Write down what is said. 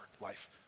life